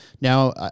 Now